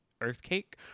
earthquake